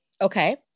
Okay